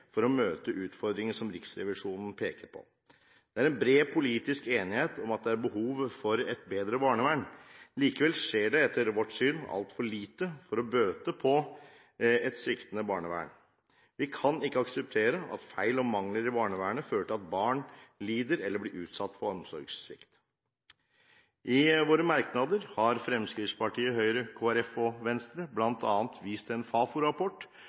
for å møte utfordringene som Riksrevisjonen peker på. Det er bred politisk enighet om at det behov for et bedre barnevern. Likevel skjer det – etter vårt syn – altfor lite for å bøte på et sviktende barnevern. Vi kan ikke akseptere at feil og mangler i barnevernet fører til at barn lider eller blir utsatt for omsorgssvikt. I våre merknader har Fremskrittspartiet, Høyre, Kristelig Folkeparti og Venstre bl.a. vist til en